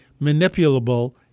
manipulable